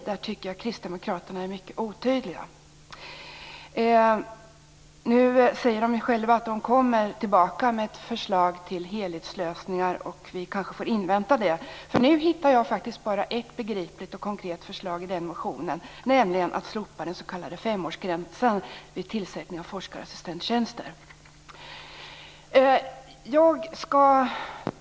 Där tycker jag att Kristdemokraterna är mycket otydliga. De säger själva att de återkommer med ett förslag till helhetslösningar. Vi kanske får invänta det. Nu hittar jag faktiskt bara ett begripligt och konkret förslag i deras motion, nämligen ett förslag om att slopa den s.k. femårsgränsen vid tillsättning av forskarassistenttjänster.